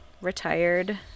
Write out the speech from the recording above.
retired